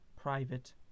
private